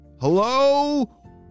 Hello